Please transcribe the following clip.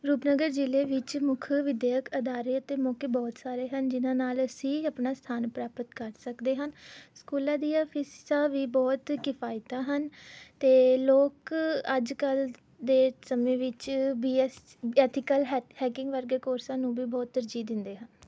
ਰੂਪਨਗਰ ਜ਼ਿਲ੍ਹੇ ਵਿੱਚ ਮੁੱਖ ਵਿੱਦਿਅਕ ਅਦਾਰੇ ਅਤੇ ਮੌਕੇ ਬਹੁਤ ਸਾਰੇ ਹਨ ਜਿਨ੍ਹਾਂ ਨਾਲ ਅਸੀਂ ਆਪਣਾ ਸਥਾਨ ਪ੍ਰਾਪਤ ਕਰ ਸਕਦੇ ਹਨ ਸਕੂਲਾਂ ਦੀਆਂ ਫ਼ੀਸਾਂ ਵੀ ਬਹੁਤ ਕਿਫਾਇਤੀ ਹਨ ਅਤੇ ਲੋਕ ਅੱਜ ਕੱਲ੍ਹ ਦੇ ਸਮੇਂ ਵਿੱਚ ਬੀ ਐੱਸ ਐਥੀਕਲ ਹੈ ਹੈਕਿੰਗ ਵਰਗੇ ਕੋਰਸਾਂ ਨੂੰ ਵੀ ਬਹੁਤ ਤਰਜ਼ੀਹ ਦਿੰਦੇ ਹਨ